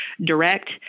direct